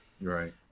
Right